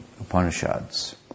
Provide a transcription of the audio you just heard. Upanishads